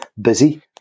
busy